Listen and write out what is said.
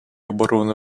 оборони